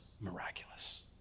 miraculous